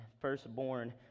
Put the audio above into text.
firstborn